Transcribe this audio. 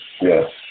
Yes